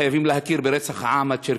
חייבים להכיר ברצח העם הצ'רקסי.